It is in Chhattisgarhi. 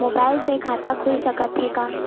मुबाइल से खाता खुल सकथे का?